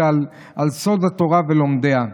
זה על סוד התורה ולומדיה.